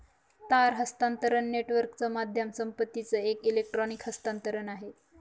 तार हस्तांतरण नेटवर्कच माध्यम संपत्तीचं एक इलेक्ट्रॉनिक हस्तांतरण आहे